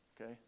okay